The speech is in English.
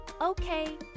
Okay